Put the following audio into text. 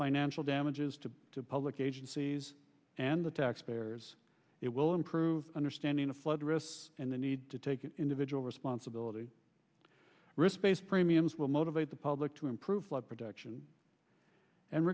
financial damages to public agencies and the taxpayers it will improve understanding of flood risks and the need to take individual responsibility risk based premiums will motivate the public to improve flood protection and